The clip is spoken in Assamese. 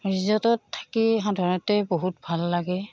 ৰিজৰ্টত থাকি সাধাৰণতে বহুত ভাল লাগে